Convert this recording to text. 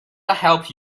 help